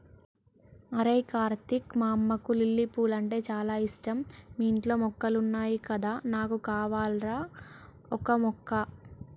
అరేయ్ కార్తీక్ మా అమ్మకు లిల్లీ పూలంటే చాల ఇష్టం మీ ఇంట్లో మొక్కలున్నాయి కదా నాకు కావాల్రా ఓక మొక్క